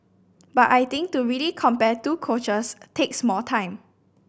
but I think to really compare two coaches takes more time